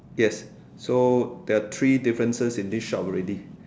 yes so there are three differences in this shop already